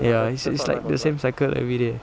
ya it's it's like the same cycle everyday